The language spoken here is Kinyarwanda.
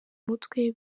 mutwe